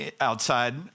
outside